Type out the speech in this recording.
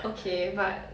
okay but